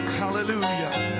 hallelujah